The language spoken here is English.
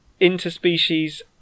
interspecies